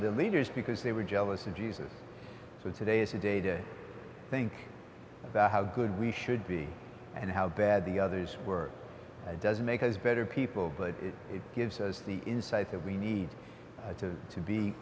the leaders because they were jealous of jesus so today is a day to think about how good we should be and how bad the others were doesn't make us better people but it gives us the insight that we need to